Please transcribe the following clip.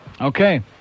Okay